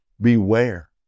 Beware